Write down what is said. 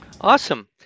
awesome